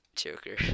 Joker